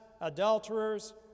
adulterers